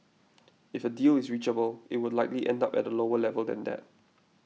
if a deal is reachable it would likely end up at a lower level than that